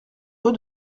rue